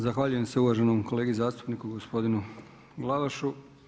Zahvaljujem se uvaženom kolegi zastupniku gospodinu Glavašu.